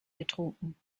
getrunken